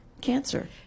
cancer